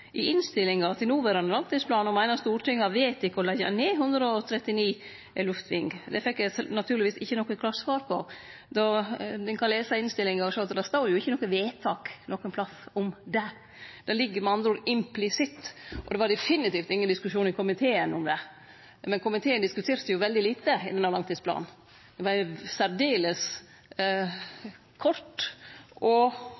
i innstillinga til noverande langtidsplan ho meiner Stortinget har vedteke å leggje ned 139 Luftving. Det fekk eg naturlegvis ikkje noko klart svar på. Ein kan lese i innstillinga og sjå at det står ikkje noko vedtak om det nokon plass. Det ligg med andre ord implisitt, og det var definitivt ingen diskusjon i komiteen om det. Men komiteen diskuterte veldig lite i denne langtidsplanen. Det var ei særdeles kort og